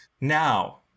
Now